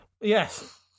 Yes